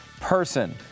person